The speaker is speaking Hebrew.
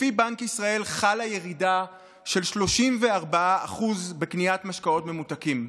לפי בנק ישראל חלה ירידה של 34% בקניית משקאות ממותקים,